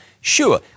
Sure